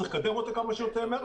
צריך לקדם אותה כמה שיותר מהר.